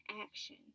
action